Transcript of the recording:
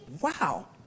Wow